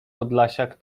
podlasiak